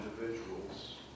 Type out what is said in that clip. individuals